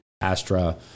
Astra